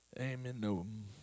amen